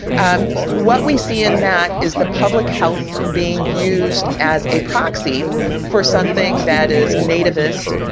um what we see in that is the public health being used as a proxy for something that is nativist,